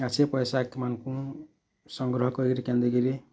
ଆର୍ ସେ ପଇସା ସଂଗ୍ରହ କରି କେନ୍ତି କରି